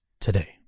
today